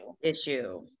issue